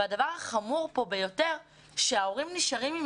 הדבר החמור ביותר כאן הוא שההורים נשארים עם